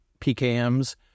PKMs